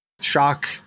Shock